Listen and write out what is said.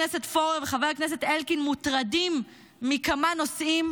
חבר הכנסת פורר וחבר הכנסת אלקין מוטרדים מכמה נושאים,